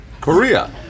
Korea